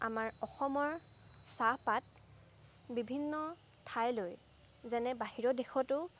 আমাৰ অসমৰ চাহপাত বিভিন্ন ঠাইলৈ যেনে বাহিৰৰ দেশতো